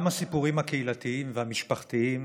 גם הסיפורים הקהילתיים והמשפחתיים